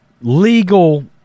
legal